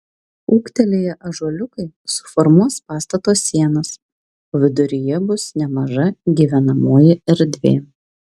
ūgtelėję ąžuoliukai suformuos pastato sienas o viduryje bus nemaža gyvenamoji erdvė